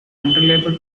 unreliable